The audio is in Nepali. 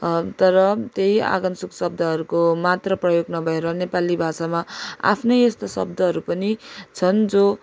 तर त्यही आगन्तुक शब्दहरूको मात्र प्रयोग नभएर नेपाली भाषामा आफ्नै यस्तो शब्दहरू पनि छन् जो